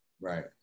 right